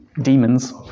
demons